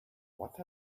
what